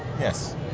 Yes